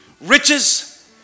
riches